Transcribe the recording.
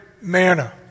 manna